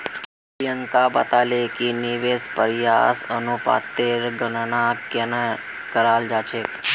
प्रियंका बताले कि निवेश परिव्यास अनुपातेर गणना केन न कराल जा छेक